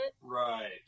Right